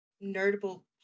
notable